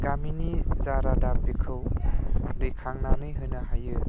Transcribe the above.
गामिनि जा रादाब बेखौ दैखांनानै होनो हायो